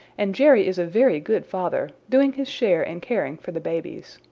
and jerry is a very good father, doing his share in caring for the babies.